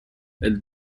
elle